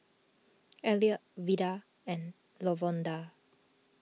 Elliott Veda and Lavonda